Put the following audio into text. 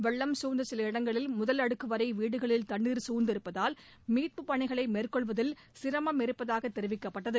வெள்ளம் சசூழ்ந்த சில இடங்களில் முதல் அடுக்குவரை வீடுகளில் தண்ணீர் சசூழ்ந்திருப்பதால் மீட்புப்பணிகளை மேற்கொள்வதில் சிரமம் இருப்பதாக தெரிவிக்கப்பட்டது